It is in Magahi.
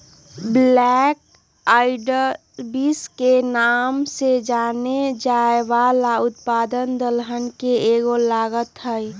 ब्लैक आईड बींस के नाम से जानल जाये वाला उत्पाद दलहन के एगो लागत हई